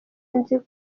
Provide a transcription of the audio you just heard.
nzi